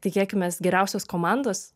tikėkimės geriausios komandos